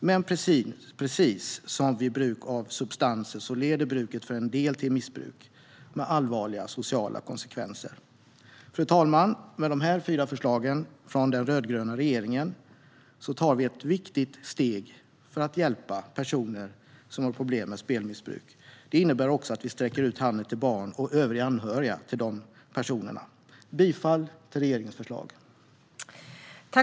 Men precis som vid bruk av substanser leder bruket för en del till missbruk, med allvarliga sociala konsekvenser. Fru talman! Med de här fyra förslagen från den rödgröna regeringen tar vi ett viktigt steg för att hjälpa personer som har problem med spelmissbruk. Det innebär också att vi sträcker ut handen till barn och övriga anhöriga till de personerna. Jag yrkar bifall till regeringens förslag och utskottets förslag i betänkandet.